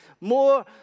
more